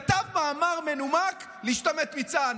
כתב מאמר מנומק על להשתמט מצה"ל,